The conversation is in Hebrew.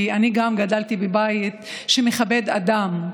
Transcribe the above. כי גם אני גדלתי בבית שמכבד אדם,